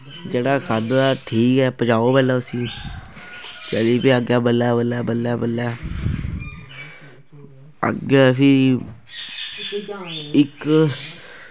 जेह्ड़ा खद्धे दा ठीक ऐ पज़ाओ पैह्लें उसी चली पे अग्गें बल्लें बल्लें बल्लें बल्लें अग्गैं फिर इक